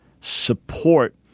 Support